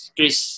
Chris